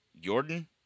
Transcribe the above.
Jordan